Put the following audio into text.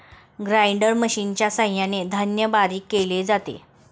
grinder मशिनच्या सहाय्याने धान्य बारीक केले जाते